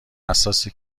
حساسه